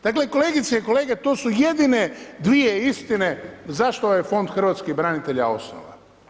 Dakle, kolegice i kolege to su jedine dvije istine zašto je ovaj Fond hrvatskih branitelja osnovan.